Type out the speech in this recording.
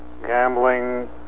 gambling